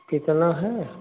कितना है